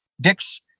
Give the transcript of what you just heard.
dicks